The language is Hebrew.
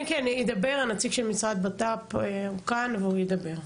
כן, נציג של משרד הבט"פ כאן והוא ידבר.